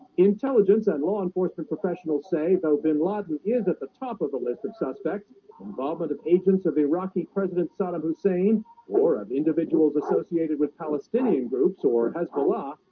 intelligence and law enforcement professionals say though bin laden is at the top of the list of suspect involvement of agents of iraqi president saddam hussein or of individuals associated with palestinian groups or hezbollah?